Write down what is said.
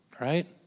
Right